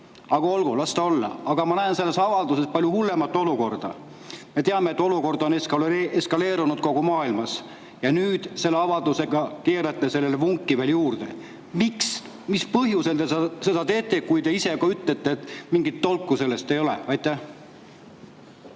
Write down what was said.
Olgu, las ta olla. Aga ma näen selles avalduses palju hullemat olukorda. Me teame, et olukord on kogu maailmas eskaleerunud, ja selle avaldusega te keerate sellele nüüd veel vunki juurde. Miks? Mis põhjusel te seda teete, kui te ise ka ütlete, et mingit tolku sellest ei ole? Tänan!